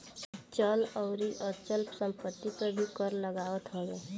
चल अउरी अचल संपत्ति पे भी कर लागत हवे